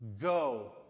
Go